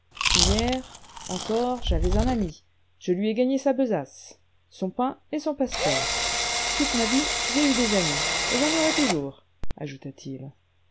hier encore j'avais un ami je lui ai gagné sa besace son pain et son passe-port toute ma vie j'ai eu des amis et j'en aurai toujours